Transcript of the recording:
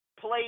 played